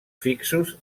fixos